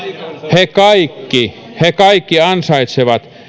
he kaikki he kaikki ansaitsevat